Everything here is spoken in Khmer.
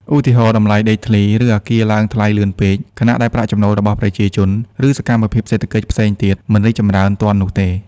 ឧទាហរណ៍ តម្លៃដីធ្លី ឬអគារឡើងថ្លៃលឿនពេក ខណៈដែលប្រាក់ចំណូលរបស់ប្រជាជន ឬសកម្មភាពសេដ្ឋកិច្ចផ្សេងទៀតមិនរីកចម្រើនទាន់នោះទេ។